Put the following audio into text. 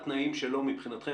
מה בתנאים שלו מבחינתכם,